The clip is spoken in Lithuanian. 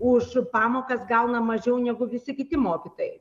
už pamokas gauna mažiau negu visi kiti mokytojai